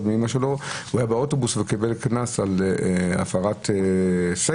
הוא היה באוטובוס והוא קיבל קנס על הפרת סגר.